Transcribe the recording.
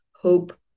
hope